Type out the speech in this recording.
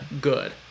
good